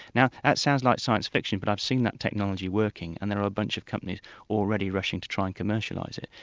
now that sounds like science fiction, but i've seen that technology working and there are a bunch of companies already rushing to try and commercialise it.